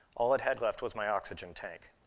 all it had left was my oxygen tank.